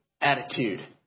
attitude